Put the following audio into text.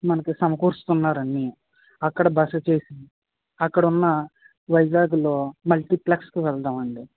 మనకి సమకూర్చుతున్నారు అన్నీ అక్కడ బస చేసి అక్కడ ఉన్న వైజాగ్లో మల్టీప్లెక్స్కి వెళ్దాం అండి